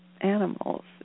animals